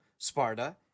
Sparta